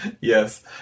Yes